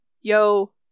Yo